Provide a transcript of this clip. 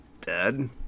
dead